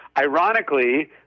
Ironically